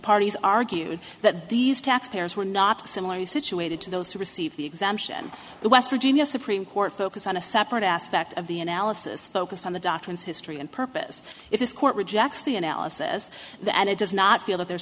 parties argued that these tax payers were not similarly situated to those who received the exemption the west virginia supreme court focus on a separate aspect of the analysis focus on the doctrines history and purpose if this court rejects the analysis that it does not feel that there